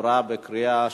נתקבל.